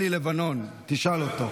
אלי לבנון, תשאל אותו.